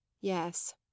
Yes